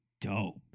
dope